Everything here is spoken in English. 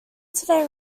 today